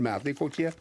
metai kokie